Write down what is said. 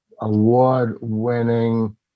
award-winning